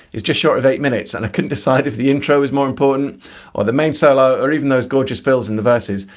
is just short of eight minutes and i couldn't decide if the intro was more important or the main solo or even those gorgeous fills in the verses,